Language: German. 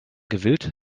gewillt